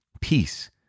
peace